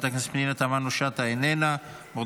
חברת הכנסת דבי ביטון,